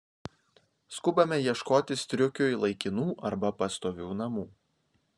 skubame ieškoti striukiui laikinų arba pastovių namų